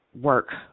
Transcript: work